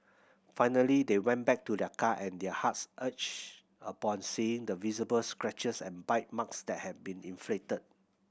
finally they went back to their car and their hearts ached upon seeing the visible scratches and bite marks that had been inflicted